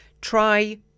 try